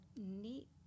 neat